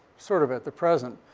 sort of, at the present,